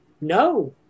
No